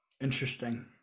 Interesting